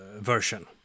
version